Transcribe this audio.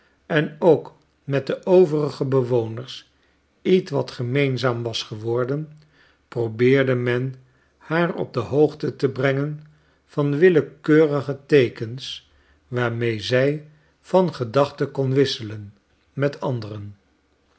en ook met de overige bewoners ietwat gemeenzaam was geworden probeerde men haar op de hoogte te brengen van wiliekeurige teekens waarmee zij van gedachte kon wisselen met anderen